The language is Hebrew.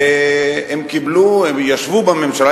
והם קיבלו, הם ישבו בממשלה.